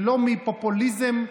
ולא מפופוליזם,